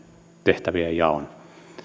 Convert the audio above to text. tehtävien jaon